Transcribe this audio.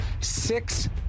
six